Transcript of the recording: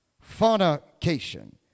Fornication